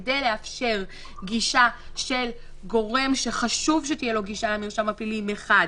כדי לאפשר גישה של גורם שחשוב שתהיה לו גישה למרשם הפלילי מחד,